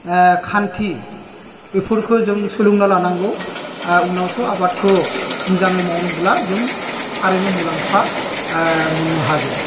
खान्थि बेफोरखौ जों सोलोंना लानांगौ उनावसो आबादखो मोजाङै मावनोब्ला जों थारैनो मुलाम्फा मोन्नो हागोन